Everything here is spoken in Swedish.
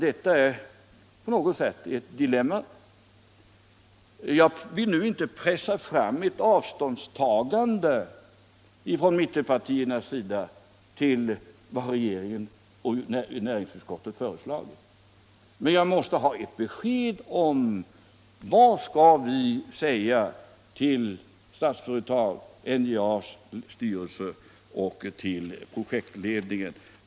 Detta är på något sätt ett dilemma. Jag vill nu inte pressa fram ett avståndstagande från mittenpartiernas sida till vad regeringen och näringsutskottet har föreslagit, men jag måste ha ett besked om vad vi skall säga till Statsföretag, NJA:s styrelse och projektledningen.